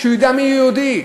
שהוא ידע מיהו יהודי.